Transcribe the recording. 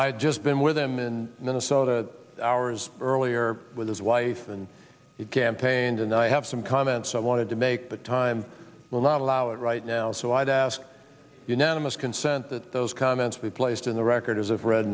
had just been with them in minnesota hours earlier with his wife and you can paint and i have some comments i wanted to make but time will not allow it right now so i'd ask unanimous consent that those comments be placed in the record as of re